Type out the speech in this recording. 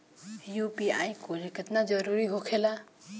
UPI code केतना जरुरी होखेला?